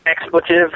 expletive